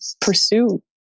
pursue